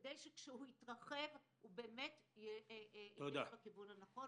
כדי שכאשר הוא יתרחב הוא באמת ילך לכיוון הנכון.